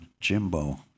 Jimbo